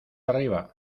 arriba